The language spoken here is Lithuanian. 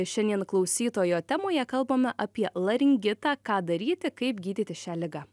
šiandien klausytojo temoje kalbame apie laringitą ką daryti kaip gydyti šią ligą